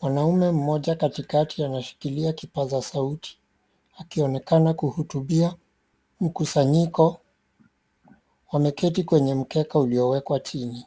Mwanaume mmoja katikati anashikilia kipaza sauti, akionekana kuhutubia mkusanyiko, wameketi kwenye mkeka uliowekwa chini.